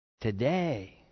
today